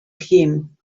him